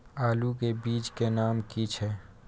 आलू के बीज के नाम की छै?